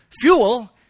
fuel